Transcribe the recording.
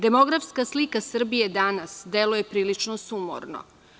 Demografska slika Srbije danas deluje prilično sumorno.